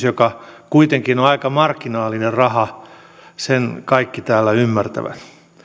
joka kuitenkin on aika marginaalinen raha sen kaikki täällä ymmärtävät